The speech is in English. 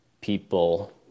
people